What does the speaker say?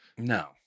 No